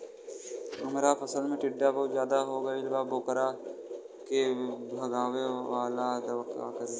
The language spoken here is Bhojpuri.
हमरा फसल में टिड्डा बहुत ज्यादा हो गइल बा वोकरा के भागावेला का करी?